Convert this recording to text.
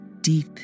Deep